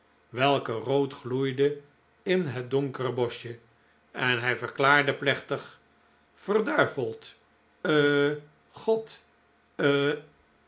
welke rood gloeide in het donkere boschje en hij verklaarde plechtig verduiveld eh god eh